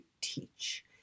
teach